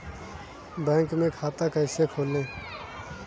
Bank में खाता कैसे खोलें?